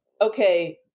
okay